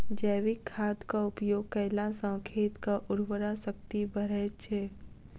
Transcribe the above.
जैविक खादक उपयोग कयला सॅ खेतक उर्वरा शक्ति बढ़ैत छै